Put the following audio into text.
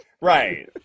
Right